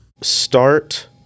Start